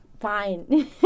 fine